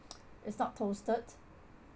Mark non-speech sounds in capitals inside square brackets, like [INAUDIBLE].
[NOISE] it's not toasted